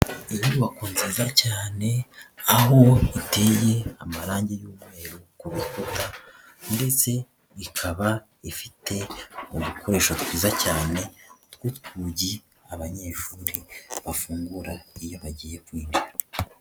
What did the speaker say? Inyubako nziza cyane aho iteye amarangi y'umweru ku rukuta ndetse ikaba ifite udukoresho twiza cyane tw'utwugi abanyeshuri bafungura iyo agiye kwinjira.